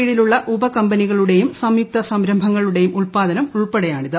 കീഴിലുള്ള ഉപകമ്പനികളുടെയും പ പ്പസ്ംയുക്ത സംരംഭങ്ങളുടെയും ഉത്പാദനം ഉൾപ്പെടെയ്ടാണിത്